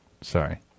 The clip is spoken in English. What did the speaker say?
sorry